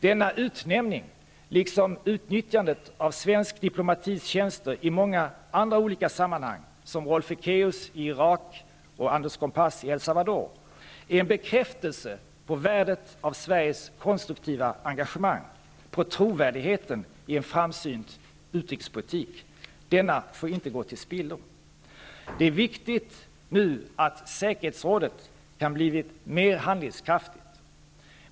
Denna utnämning, liksom utnyttjandet av svensk diplomatis tjänster i många olika sammanhang -- som Rolf Ekéus i Irak-frågan och Anders Kompass i El Salvador -- är en bekräftelse på värdet av Sveriges konstruktiva engagemang, på trovärdigheten i en framsynt utrikespolitik. Denna får inte gå till spillo. Det är viktigt nu att säkerhetsrådet har blivit mer handlingskraftigt.